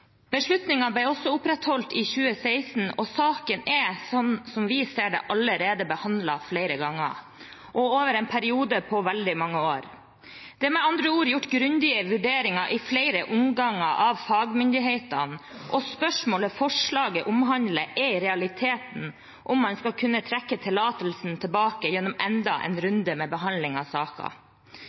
Beslutningen ble også opprettholdt i 2016, og saken er – slik vi ser det – allerede behandlet flere ganger og over en periode på veldig mange år. Det er med andre ord gjort grundige vurderinger i flere omganger av fagmyndighetene, og spørsmålet som forslaget omhandler, er i realiteten om man skal kunne trekke tillatelsen tilbake gjennom enda en runde med behandling av